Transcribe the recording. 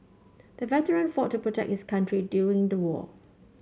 the veteran fought to protect his country during the war